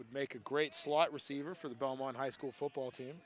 would make a great slot receiver for the belmont high school football team